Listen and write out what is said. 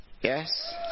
Yes